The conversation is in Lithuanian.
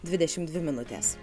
dvidešim dvi minutės